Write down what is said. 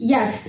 Yes